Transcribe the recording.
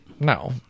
No